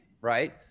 right